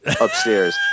upstairs